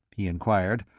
he enquired,